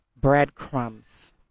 breadcrumbs